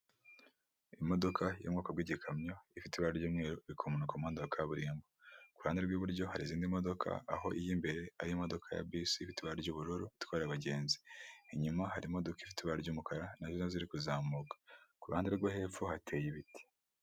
Imodoka yo mu bwoko bw'igikamyo ifite ibara ry'umweru, irikumanuka mu muhanda wa kaburimbo, iruhande rw'iburyo hari izindi modoka aho iyimbere ari imodoka ya busi ifite ibara ry'ubururu itwara abagenzi, inyuma hari imodoka ifite ibara ry'umukara nazo ziri kuzamuka, k'uruhande rwo hepfo hateye ibiti.